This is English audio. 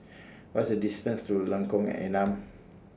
What IS The distance to Lengkong Enam